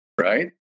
right